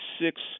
six